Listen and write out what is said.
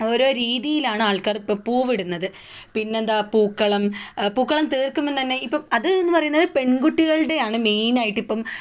ഓരോ രീതിയിലാണ് ആൾക്കാർ ഇപ്പോൾ പൂവ് ഇടുന്നത് പിന്നെ എന്താണ് പൂക്കളം പൂക്കളം തീർക്കുമ്പോൾ തന്നെ ഇപ്പം അത് എന്ന് പറയുന്നത് പെൺകുട്ടികളുടെ ആണ് മെയിനായിട്ട് ഇപ്പം